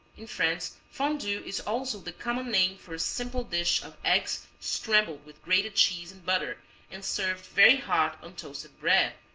in france fondue is also the common name for a simple dish of eggs scrambled with grated cheese and butter and served very hot on toasted bread,